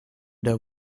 der